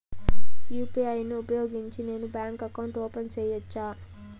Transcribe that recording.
UPI ను ఉపయోగించి నేను బ్యాంకు అకౌంట్ ఓపెన్ సేయొచ్చా?